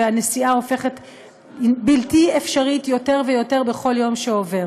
והנסיעה הופכת בלתי אפשרית יותר ויותר בכל יום שעובר.